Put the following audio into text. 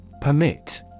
Permit